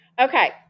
Okay